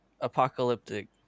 apocalyptic